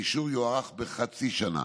האישור יוארך בחצי שנה,